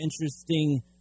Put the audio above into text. interesting